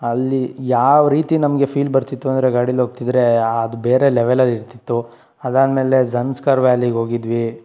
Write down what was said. ಅಲ್ಲಿ ಯಾವ ರೀತಿ ನಮಗೆ ಫೀಲ್ ಬರ್ತಿತ್ತು ಅಂದರೆ ಗಾಡೀಲಿ ಹೋಗ್ತಿದ್ರೆ ಅದು ಬೇರೆ ಲೆವೆಲ್ ಅಲ್ಲಿ ಇರ್ತಿತ್ತು ಅದು ಆದ್ಮೇಲೆ ಝನ್ಸ್ಕರ್ ವ್ಯಾಲಿಗೆ ಹೋಗಿದ್ವಿ